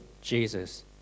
Jesus